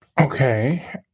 okay